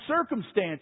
circumstances